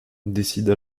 décident